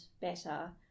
better